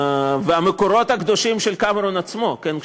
והמקורות הקדושים של קמרון עצמו, כן?